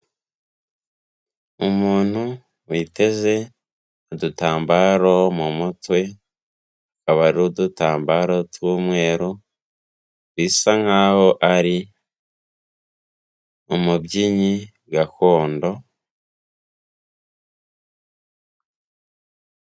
Umuntu witeze udutambaro mu mutwe, akaba ari udutambaro tw'umweru bisa nkaho ari umubyinnyi gakondo.